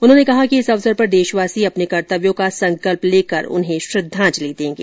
उन्होंने कहा कि इस अवसर पर देशवासी अपने कर्तव्यों का संकल्प लेकर उन्हें श्रद्धांजलि देंगे